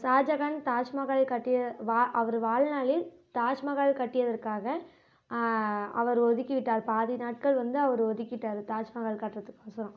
ஷாஜகான் தாஜ்மஹாலை கட்டிய வா அவர் வாழ்நாளில் தாஜ்மஹால் கட்டியதற்காக அவர் ஒதுக்கிவிட்டார் பாதி நாட்கள் வந்து அவர் ஒதுக்கிட்டார் தாஜ்மஹால் கட்டுறதுக்கொசரம்